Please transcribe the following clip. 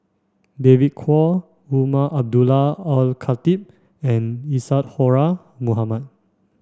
David Kwo Umar Abdullah Al Khatib and Isadhora Mohamed